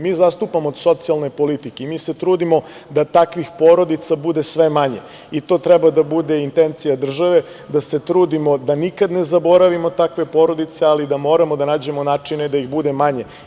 Mi zastupamo socijalne politike i mi se trudimo da takvih porodica bude sve manje i to treba da bude intencija države, da se trudimo da nikad ne zaboravimo takve porodice, ali da moramo da nađemo načine da ih bude manje.